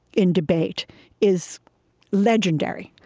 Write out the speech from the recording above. in debate is legendary,